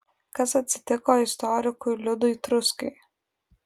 kas atsitiko istorikui liudui truskai